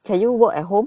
can you work at home